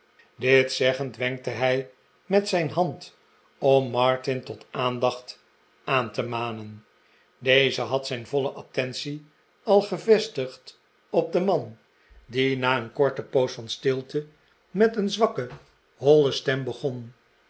dit zeggend wenkte hij met zijn hand om martin tot aandacht aan te manen d'eze had zijn voile attentie al gevestigd op den man die na een korte poos van stilte met een zwakke nolle stem begon